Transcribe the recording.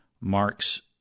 marks